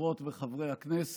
חברות וחברי הכנסת,